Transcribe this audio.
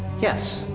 yes,